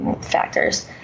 factors